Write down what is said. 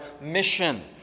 mission